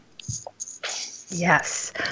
Yes